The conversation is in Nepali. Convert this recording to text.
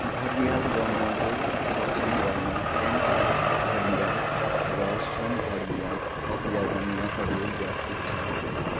घडियाल र मुगर संरक्षण गर्न केन घरियाल र सोन घरियाल अभयारण्यहरू व्यवस्थित छन्